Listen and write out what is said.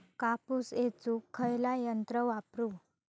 कापूस येचुक खयला यंत्र वापरू?